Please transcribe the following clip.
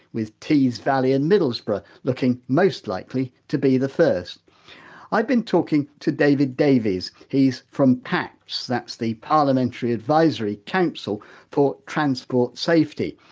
with tees valley and middlesbrough looking most likely to be the first i've been talking to david davies, he's from pacts, that's the parliamentary advisory council for transport safety,